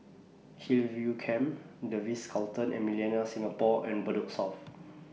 Hillview Camp The Ritz Carlton and Millenia Singapore and Bedok South